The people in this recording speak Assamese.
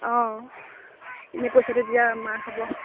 অঁ এনেই পইচাটো দিয়া মাৰ খাব